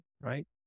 right